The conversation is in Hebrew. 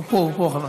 הוא בחוץ, הוא פה.